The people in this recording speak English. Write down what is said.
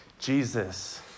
Jesus